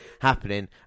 happening